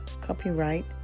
Copyright